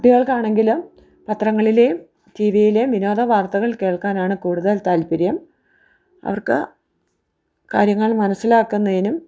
കുട്ടികൾക്കാണെങ്കിലും പത്രങ്ങളിലേയും ടിവിയിലേയും വിനോദ വാർത്തകൾ കേൾക്കാനാണ് കൂടുതൽ താൽപര്യം അവർക്ക് കാര്യങ്ങൾ മനസ്സിലാക്കുന്നതിനും